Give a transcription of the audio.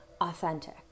authentic